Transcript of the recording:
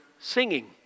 singing